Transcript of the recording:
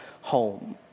home